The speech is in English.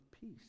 peace